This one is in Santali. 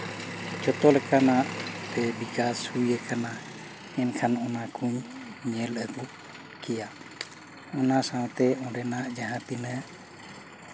ᱡᱚᱛᱚ ᱞᱮᱠᱟᱱᱟᱜ ᱛᱮ ᱵᱤᱠᱟᱥ ᱦᱩᱭ ᱠᱟᱱᱟ ᱮᱱᱠᱷᱟᱱ ᱚᱱᱟᱠᱚ ᱧᱮᱞ ᱟᱹᱜᱩ ᱠᱮᱭᱟ ᱚᱱᱟ ᱥᱟᱶᱛᱮ ᱚᱸᱰᱮᱱᱟᱜ ᱡᱟᱦᱟᱸ ᱛᱤᱱᱟᱹᱜ